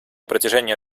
протяжении